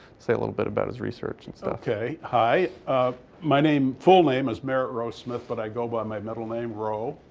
say a little bit about his research and stuff. professor ok. hi. ah my name full name is merritt roe smith, but i go by my middle name, roe.